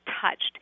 touched